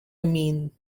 mean